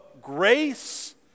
grace